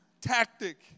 tactic